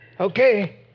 Okay